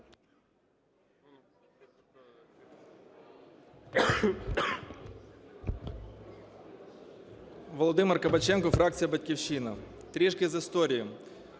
Володимир Кабаченко, фракція "Батьківщина". Трішки з історії.